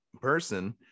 person